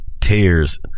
Tears